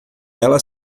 ela